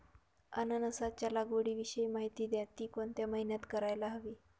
अननसाच्या लागवडीविषयी माहिती द्या, ति कोणत्या महिन्यात करायला हवी?